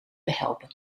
behelpen